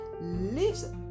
lives